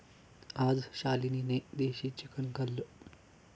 आज शालिनीने देशी चिकन खाल्लं